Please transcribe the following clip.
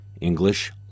English